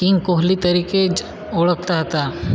king Kohli તરીકે જ ઓળખતા હતા